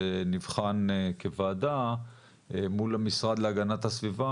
שנבחן כוועדה מול המשרד להגנת הסביבה